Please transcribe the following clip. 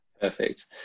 Perfect